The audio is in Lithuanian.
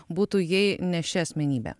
būtų jei ne ši asmenybė